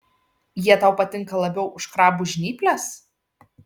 jie tau patinka labiau už krabų žnyples